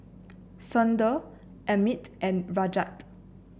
Sundar Amit and Rajat